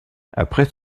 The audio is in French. après